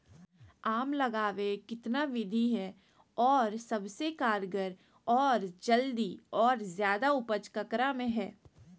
आम लगावे कितना विधि है, और सबसे कारगर और जल्दी और ज्यादा उपज ककरा में है?